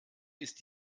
ist